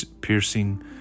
piercing